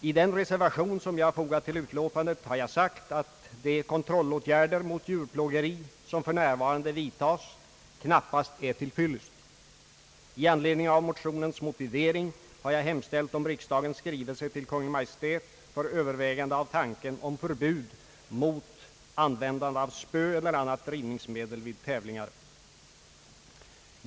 I den reservation som jag har fogat till utlåtandet har jag sagt, att de kontrollåtgärder mot djurplågeri som för närvarande vidtas knappast är till fyllest. I anledning av motionens motivering har jag hemställt om riksdagens skrivelse till Kungl. Maj:t med övervägande av tanken om förbud mot användande av spö eller annat drivningsmedel vid tävlingar.